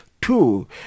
Two